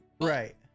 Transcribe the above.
Right